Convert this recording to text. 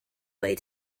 way